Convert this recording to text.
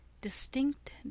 distinct